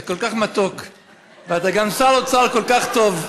אתה כל כך מתוק ואתה גם שר אוצר כל כך טוב.